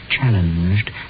challenged